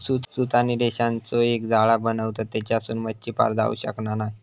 सूत आणि रेशांचो एक जाळा बनवतत तेच्यासून मच्छी पार जाऊ शकना नाय